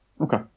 Okay